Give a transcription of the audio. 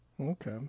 Okay